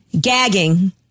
gagging